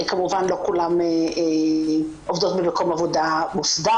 כמובן שלא כולן עובדות במקום עבודה מוסדר,